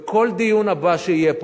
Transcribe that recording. בכל דיון להבא שיהיה פה,